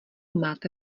máte